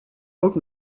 ook